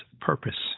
purpose